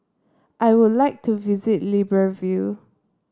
I would like to visit Libreville